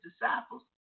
disciples